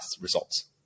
results